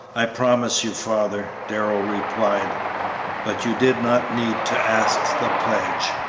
i promise you, father, darrell replied but you did not need to ask the pledge.